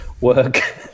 work